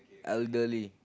elderly